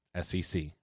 SEC